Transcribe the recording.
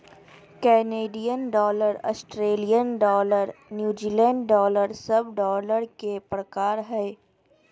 Canadian dollar, Australian dollar, New Zealand dollar सब dollar के प्रकार हय